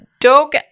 dog